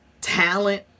talent